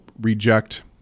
reject